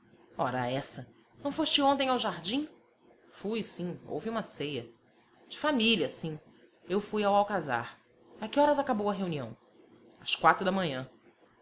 ora essa não foste ontem ao jardim fui sim houve uma ceia de família sim eu fui ao alcazar a que horas acabou a reunião às quatro da manhã